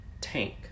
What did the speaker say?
tank